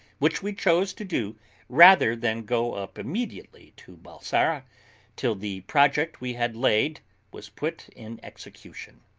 which we chose to do rather than go up immediately to balsara till the project we had laid was put in execution.